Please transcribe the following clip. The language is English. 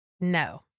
No